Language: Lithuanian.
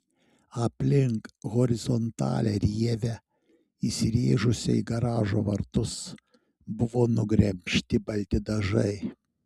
aplink horizontalią rievę įsirėžusią į garažo vartus buvo nugremžti balti dažai